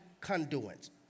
conduits